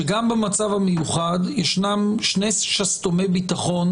שגם במצב המיוחד, ישנם שני שסתומי ביטחון